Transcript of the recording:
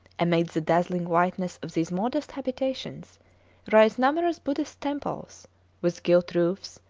amid the dazzling whiteness of these modest habitations rise numerous buddhist temples with gilt roofs,